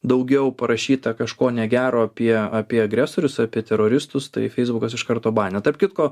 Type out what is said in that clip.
daugiau parašyta kažko negero apie apie agresorius apie teroristus tai feisbukas iš karto banina tarp kitko